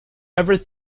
ever